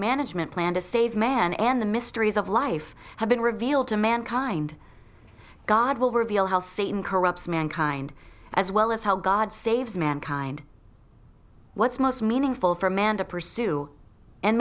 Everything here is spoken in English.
management plan to save man and the mysteries of life have been revealed to mankind god will reveal how satan corrupts mankind as well as how god saves mankind what's most meaningful for man to pursue and